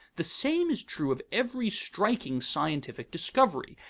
the same is true of every striking scientific discovery,